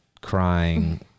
crying